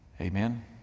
Amen